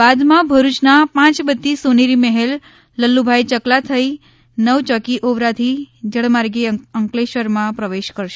બાદમાં ભરૂચના પાંચબત્તી સોનેરીમહેલ લલ્લુભાઈ ચકલા થઈ નવ ચોકી ઓવરાથી જળમાર્ગે અંકલેશ્વરમાં પ્રવેશ કરશે